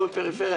לא לפריפריה,